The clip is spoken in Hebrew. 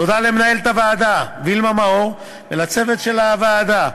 תודה למנהלת הוועדה וילמה מאור ולצוות של הוועדה,